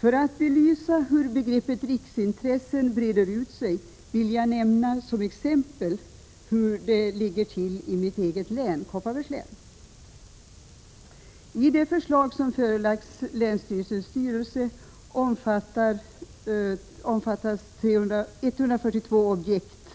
För att belysa hur begreppet riksintresse breder ut sig vill jag som exempel nämna hur det ligger till i mitt eget län, Kopparbergs län. Det förslag som förelagts länsstyrelsens styrelse omfattar 142 objekt